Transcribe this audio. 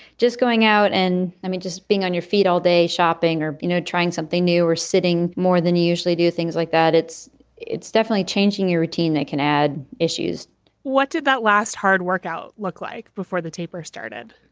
just going out and i mean, just being on your feet all day shopping or, you know, trying something new or sitting more than you usually do things like that. it's it's definitely changing your routine. they can add issues what did that last hard workout look like before the taper started?